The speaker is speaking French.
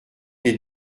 des